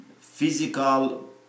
physical